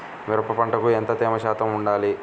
మిరప పంటకు ఎంత తేమ శాతం వుండాలి?